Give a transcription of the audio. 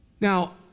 Now